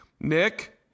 Nick